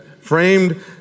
Framed